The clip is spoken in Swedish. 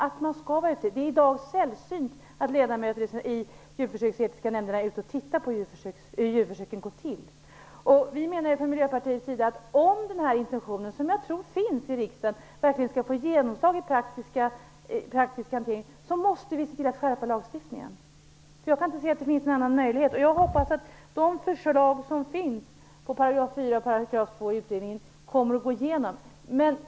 Det är i dag sällsynt att ledamöter i de djurförsöksetiska nämnderna är ute och tittar på hur djurförsöken går till. Från Miljöpartiets sida menar vi att om den intention som jag tror finns i riksdagen verkligen skall få genomslag i praktiska ting, så måste vi skärpa lagstiftningen. Jag kan inte se att det finns någon annan möjlighet. Jag hoppas att de förslag som finns i paragraferna 2 och 4 i utredningen kommer att gå igenom.